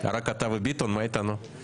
רק אתה וביטון, ומה איתנו?